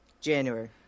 January